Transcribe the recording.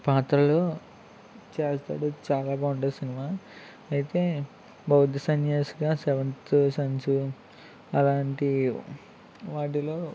పాత్రలో చేస్తాడు చాలా బాగుంటది సినిమా అయితే బౌద్ధ సన్యాసిగా సెవెన్త్ సెన్సు అలాంటి వాటిలో